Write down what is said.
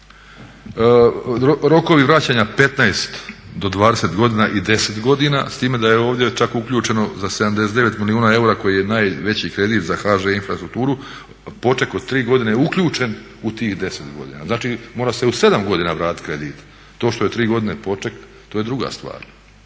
rokovi vraćanja 15 do 20 godina i 10 godina s time da je ovdje čak uključeno za 79 milijuna eura koji je najveći kredit za HŽ Infrastrukturu poček od tri godine je uključen u tih 10 godina. Znači, mora se u 7 godina vratiti kredit. To što je 3 godine poček to je druga stvar.